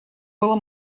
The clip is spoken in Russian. было